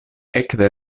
ekde